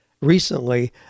recently